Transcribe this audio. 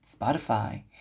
Spotify